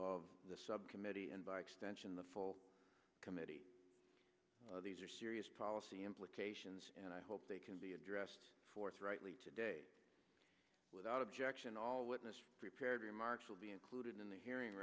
of the subcommittee and by extension the full committee these are serious policy implications and i hope they can be addressed forthrightly today without objection all witness prepared remarks will be included in the hearing